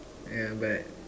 yeah but